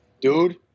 dude